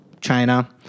China